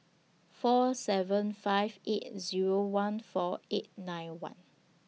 four seven five eight Zero one four eight nine one